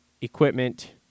equipment